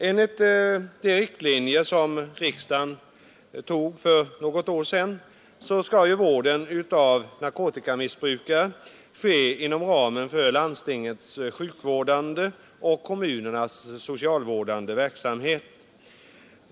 Enligt de riktlinjer som riksdagen antog för något år sedan skall vården av narkotikamissbrukare ske inom ramen för landstingens sjukvårdande och kommunernas socialvårdande verksamhet.